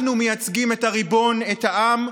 אנחנו מייצגים את הריבון, את העם,